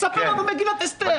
הוא מספר לנו פה מגילת אסתר.